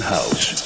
House